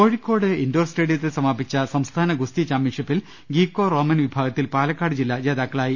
Kozhikode indoor സ്റ്റേഡിയത്തിൽ സമാപിച്ച സംസ്ഥാന ഗുസ്തി ചാംപ്യൻഷിപ്പിൽ ഗ്യീക്കോ റോമൻ വിഭാഗത്തിൽ പാലക്കാട് ജില്ല ജേതാക്കളായി